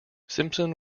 simpson